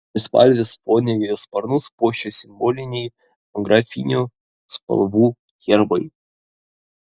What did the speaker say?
trispalvės fone jo sparnus puošia simboliniai etnografinių spalvų herbai